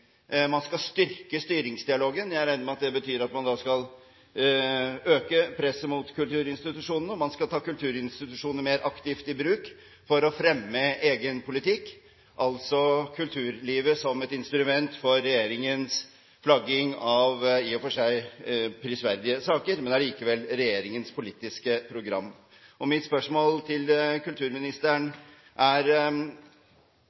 man skal styrke styringsdialogen. Jeg regner med at det betyr at man da skal øke presset mot kulturinstitusjonene, og man skal ta kulturinstitusjonene mer aktivt i bruk for å fremme egen politikk, altså bruke kulturlivet som et instrument for regjeringens flagging av i og for seg prisverdige saker – men det er allikevel regjeringens politiske program. Mitt spørsmål til kulturministeren